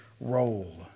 role